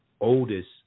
oldest